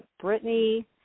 Brittany